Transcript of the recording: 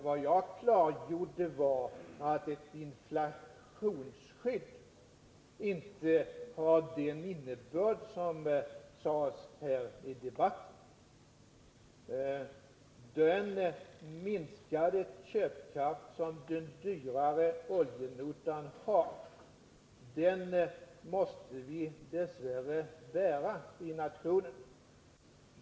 Vad jag klargjorde var att ett inflationsskydd inte har den innebörd som det sades i debatten. Den minskade köpkraft som den dyrare oljenotan innebär måste vi dess värre bära i nationen.